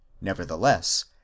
nevertheless